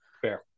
Fair